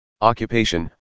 occupation